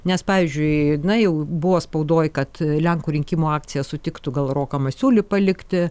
nes pavyzdžiui na jau buvo spaudoj kad lenkų rinkimų akcija sutiktų gal roką masiulį palikti